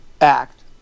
act